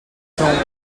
soixante